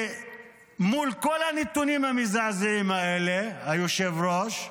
מול כל הנתונים המזעזעים האלה, היושב-ראש,